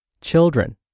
children